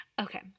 okay